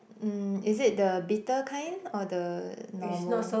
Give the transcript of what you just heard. mm is it the bitter kind or the normal